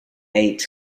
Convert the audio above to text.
eight